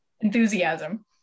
enthusiasm